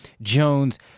Jones